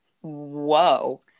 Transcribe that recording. whoa